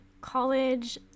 college